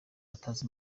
atazi